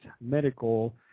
medical